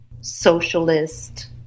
socialist